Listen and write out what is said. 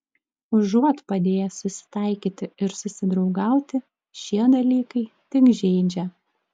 užuot padėję susitaikyti ir susidraugauti šie dalykai tik žeidžia